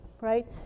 Right